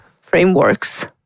frameworks